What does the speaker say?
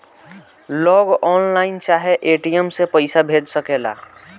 लोग ऑनलाइन चाहे ए.टी.एम से पईसा भेज सकेला